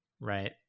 right